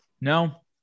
no